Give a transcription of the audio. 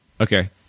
Okay